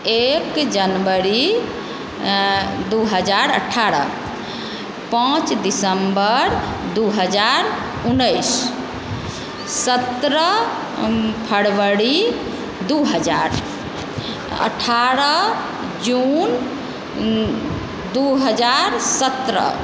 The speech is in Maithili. एक जनवरी दू हजार अठारह पाँच दिसम्बर दू हजार उन्नैस सत्रह फरवरी दू हजार अठारह जून दू हजार सत्रह